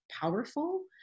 powerful